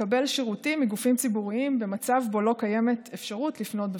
לקבל שירותים מגופים ציבוריים במצב שבו לא קיימת אפשרות לפנות בפקס.